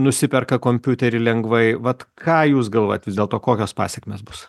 nusiperka kompiuterį lengvai vat ką jūs galvojat vis dėlto kokios pasekmės bus